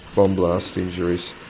bomb blast injuries.